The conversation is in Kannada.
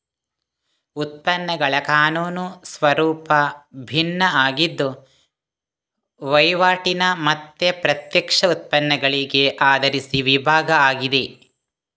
ಉತ್ಪನ್ನಗಳ ಕಾನೂನು ಸ್ವರೂಪ ಭಿನ್ನ ಆಗಿದ್ದು ವೈವಾಟಿನ ಮತ್ತೆ ಪ್ರತ್ಯಕ್ಷ ಉತ್ಪನ್ನಗಳಿಗೆ ಆಧರಿಸಿ ವಿಭಾಗ ಆಗಿದೆ